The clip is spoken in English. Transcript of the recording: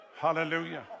Hallelujah